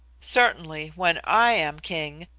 certainly, when i am king,